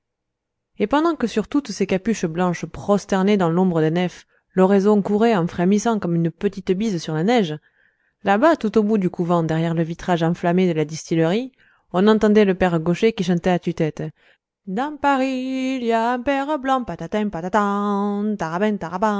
et pendant que sur toutes ces capuches blanches prosternées dans l'ombre des nefs l'oraison courait en frémissant comme une petite bise sur la neige là-bas tout au bout du couvent derrière le vitrage enflammé de la distillerie on entendait le père gaucher qui chantait à tue-tête dans paris il y a